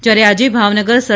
જ્યારે આજે ભાવનગર સર